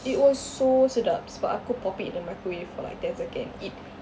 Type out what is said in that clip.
it was so sedap sebab aku popped it in the microwave for like ten seconds it